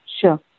Sure